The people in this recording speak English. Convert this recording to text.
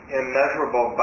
immeasurable